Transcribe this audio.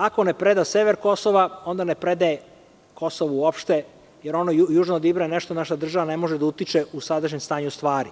Ako ne preda sever Kosova, onda ne predaje Kosovo uopšte jer ono južno od Ibra jeste nešto na šta država ne može da utiče u sadašnjem stanju stvari,